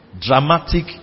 dramatic